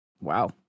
Wow